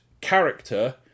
character